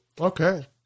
Okay